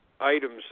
items